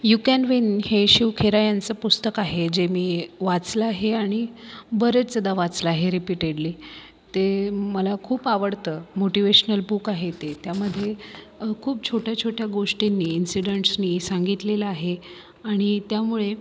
you can win हे शिव खेरा यांचं पुस्तक आहे जे मी वाचलं आहे आणि बरेचदा वाचलं आहे रीपीटेडली ते मला खूप आवडतं मोटीव्हेशनल बूक आहे ते त्यामध्ये खूप छोट्या छोट्या गोष्टींनी इनसिडेंट्सनी सांगितलेलं आहे आणि त्यामुळे